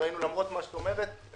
למרות מה שאת אומרת,